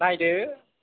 नायदो